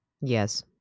Yes